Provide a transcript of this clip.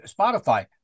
Spotify